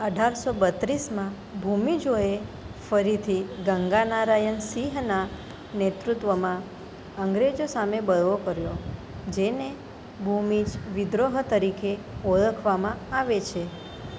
અઢારસો બત્રીસમાં ભૂમિજોએ ફરીથી ગંગા નારાયણ સિંહના નેતૃત્વમાં અંગ્રેજો સામે બળવો કર્યો જેને ભૂમિજ વિદ્રોહ તરીકે ઓળખવામાં આવે છે